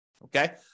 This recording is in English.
Okay